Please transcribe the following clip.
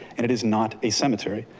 and it is not a cemetery.